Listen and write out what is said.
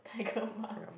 tiger moms